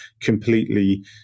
completely